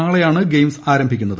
നാളെയാണ് ഗ്ലെയിംസ് ആരംഭിക്കുന്നത്